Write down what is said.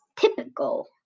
typical